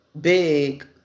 big